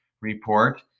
report